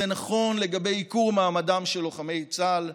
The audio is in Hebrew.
זה נכון לגבי ייקור מעמדם של לוחמי צה"ל,